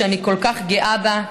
שאני כל כך גאה בה,